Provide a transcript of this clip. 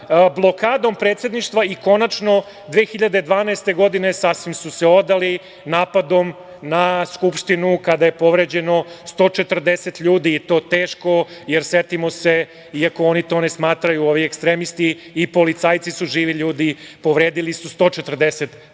blokadom Predsedništva i konačno 2012. godine sasvim su se odali napadom na Skupštinu, kada je povređeno 140 ljudi, i to teško, jer setimo se, iako oni to ne smatraju, ovi ekstremisti, i policajci su živi ljudi, povredili su 140